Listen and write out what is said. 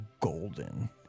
golden